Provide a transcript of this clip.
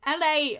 LA